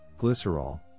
glycerol